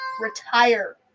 retire